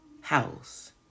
house